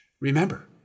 remember